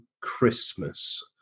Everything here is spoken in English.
christmas